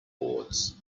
boards